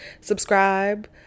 subscribe